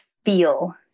feel